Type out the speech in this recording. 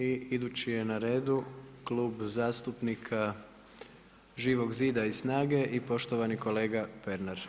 I idući je na redu Klub zastupnika Živog zida i SNAGA-e i poštovani kolega Pernar.